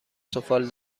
سفال